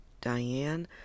Diane